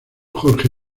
jorge